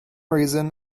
reason